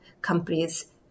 companies